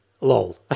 Lol